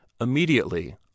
Immediately